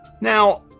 Now